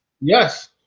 Yes